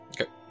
Okay